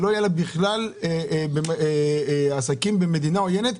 שלא יהיו לה בכלל עסקים במדינה עוינת,